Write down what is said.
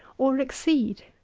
or exceed